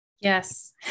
yes